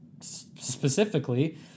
specifically